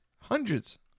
hundreds